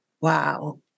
wow